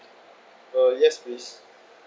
uh yes please